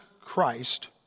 Christ